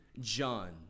John